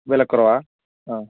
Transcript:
വിലക്കുറവാ ആ